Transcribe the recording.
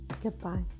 Goodbye